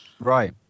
Right